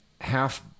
half